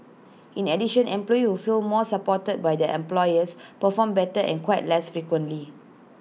in addition employees who feel more supported by their employers perform better and quit less frequently